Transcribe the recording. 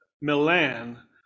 Milan